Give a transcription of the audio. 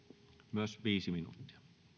myös viisi minuuttia